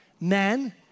men